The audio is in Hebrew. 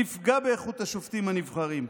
תפגע באיכות השופטים הנבחרים,